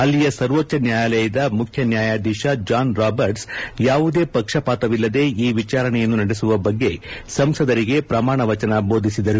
ಅಲ್ಲಿಯ ಸರ್ವೋಚ್ಲ ನ್ಯಾಯಾಲಯದ ಮುಖ್ಯ ನ್ಯಾಯಾಧೀಶ ಜಾನ್ ರಾಬರ್ಟ್ಪ ಯಾವುದೇ ಪಕ್ಷಪಾತವಿಲ್ಲದೆ ಈ ವಿಚಾರಣೆಯನ್ನು ನಡೆಸುವ ಬಗ್ಗೆ ಸಂಸದರಿಗೆ ಪ್ರಮಾಣವಚನ ಬೋಧಿಸಿದರು